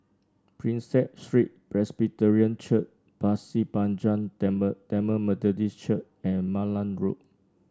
Prinsep Street Presbyterian Church Pasir Panjang Tamil Tamil Methodist Church and Malan Road